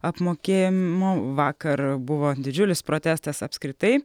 apmokėjimo vakar buvo didžiulis protestas apskritai